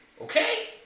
Okay